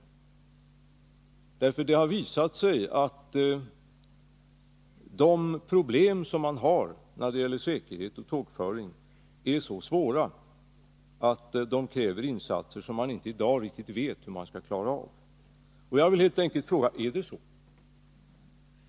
Det lär nämligen ha visat sig att de problem som man har med säkerheten och tågföringen är så svåra att man i dag inte riktigt vet hur man skall klara av dem. Jag vill helt enkelt fråga: Är det så?